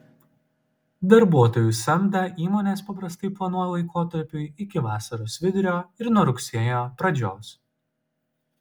darbuotojų samdą įmonės paprastai planuoja laikotarpiui iki vasaros vidurio ir nuo rugsėjo pradžios